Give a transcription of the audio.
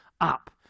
up